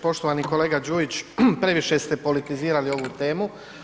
Poštovani kolega Đujić previše ste politizirali ovu temu.